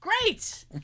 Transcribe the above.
great